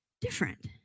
different